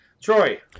Troy